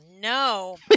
no